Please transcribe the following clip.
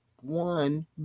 One